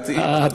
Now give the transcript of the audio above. אוקיי.